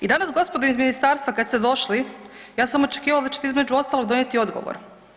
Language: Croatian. I danas gospodo iz ministarstva, kad ste došli, ja sam očekivala da ćete, između ostalog, donijeti odgovor.